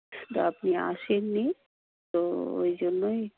তো আপনি আসেননি তো ওই জন্যই